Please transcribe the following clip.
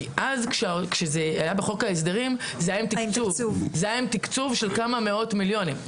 כי כשזה היה בחוק ההסדרים זה היה עם תקצוב של כמה מאות מיליונים.